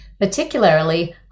particularly